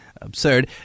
absurd